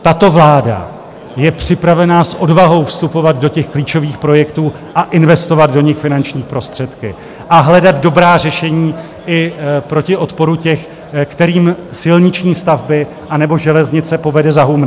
Tato vláda je připravena s odvahou vstupovat do těch klíčových projektů a investovat do nich finanční prostředky a hledat dobrá řešení i proti odporu těch, kterým silniční stavby anebo železnice povede za humny.